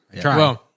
Try